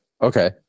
Okay